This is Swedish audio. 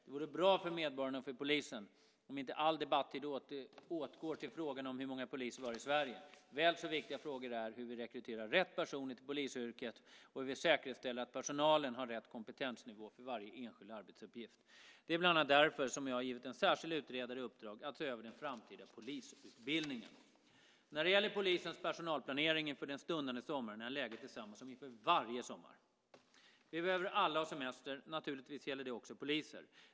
Det vore bra för medborgarna och för polisen om inte all debattid gick åt till frågan om hur många poliser vi har i Sverige. Väl så viktiga frågor är hur vi rekryterar rätt personer till polisyrket och hur vi säkerställer att personalen har rätt kompetensnivå för varje enskild arbetsuppgift. Det är bland annat därför som jag har givit en särskild utredare i uppdrag att se över den framtida polisutbildningen. När det gäller polisens personalplanering inför den stundande sommaren är läget detsamma som inför varje sommar. Vi behöver alla ha semester. Naturligtvis gäller det också poliser.